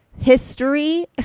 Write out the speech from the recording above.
history